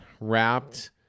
wrapped